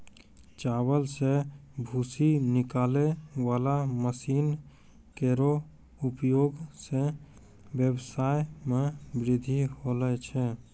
चावल सें भूसी निकालै वाला मसीन केरो उपयोग सें ब्यबसाय म बृद्धि होलो छै